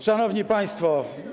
Szanowni Państwo!